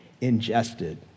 ingested